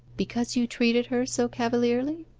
because you treated her so cavalierly